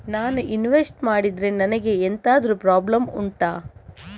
ನಾನು ಇನ್ವೆಸ್ಟ್ ಮಾಡಿದ್ರೆ ನನಗೆ ಎಂತಾದ್ರು ಪ್ರಾಬ್ಲಮ್ ಉಂಟಾ